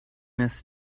this